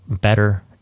better